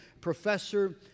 professor